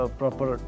proper